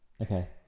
Okay